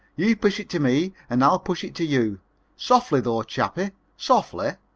you push it to me and i'll push it to you softly, though, chappy, softly.